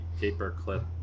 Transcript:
paperclip